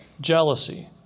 jealousy